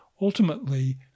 Ultimately